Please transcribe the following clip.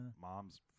mom's